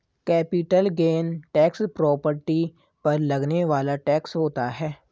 capital gain tax property पर लगने वाला टैक्स होता है